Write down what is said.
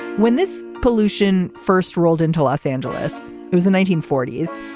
when this pollution first rolled into los angeles it was the nineteen forty s.